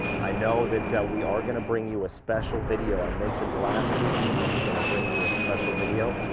i know that, ah, we are gonna bring you a special video. i mentioned last week, that we we're gonna bring you a special video.